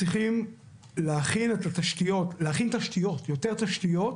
צריכים להכין תשתיות, יותר תשתיות,